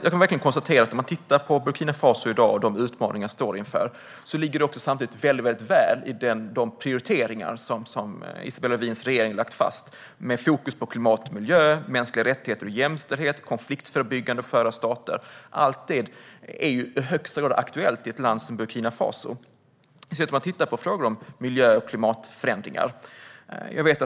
Jag kan konstatera att de utmaningar man står inför i Burkina Faso i dag ligger väldigt väl i linje med de prioriteringar som Isabella Lövins regering har lagt fast, med fokus på klimat och miljö, mänskliga rättigheter och jämställdhet, konfliktförebyggande och sköra stater. Allt detta är i högsta grad aktuellt i ett land som Burkina Faso, i synnerhet om man tittar på frågor om miljö och klimatförändringar.